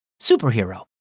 Superhero